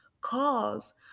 cause